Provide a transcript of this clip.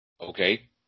Okay